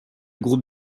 groupe